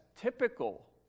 typical